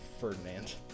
ferdinand